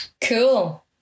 Cool